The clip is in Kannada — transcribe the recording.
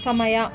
ಸಮಯ